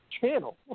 channel